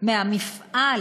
מהמפעל